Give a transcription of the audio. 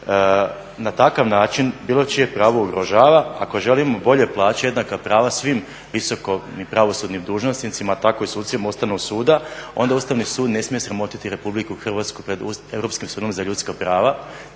na takav način bilo čije pravo ugrožava ako želimo bolje plaće i jednaka prava svim visoko pravosudnim dužnosnicima tako i sucima Ustavnog suda, onda Ustavni sud ne smije sramotiti RH pred Europskim sudom za ljudska prava